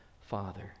Father